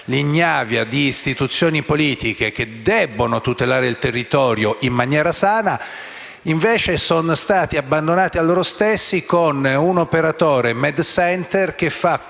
l'ignavia di istituzioni politiche, che dovrebbero tutelare il territorio in maniera sana, essi sono stati abbandonati a loro stessi con un operatore che fa quanto